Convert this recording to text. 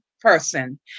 person